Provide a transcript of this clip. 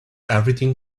everything